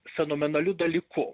fenomenaliu dalyku